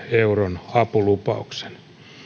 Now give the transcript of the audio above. euron apulupauksen